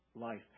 life